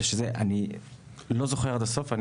אני לא זוכר עד הסוף.